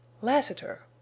Lassiter